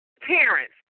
Parents